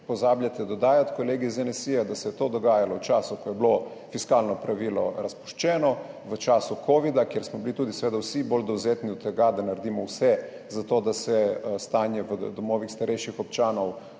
pozabljate dodajati, kolegi iz NSi, da se je to dogajalo v času, ko je bilo fiskalno pravilo razpuščeno, v času covida, kjer smo bili tudi vsi seveda bolj dovzetni, da naredimo vse za to, da se stanje v domovih starejših občanov